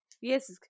Yes